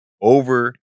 over